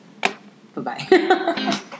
Bye-bye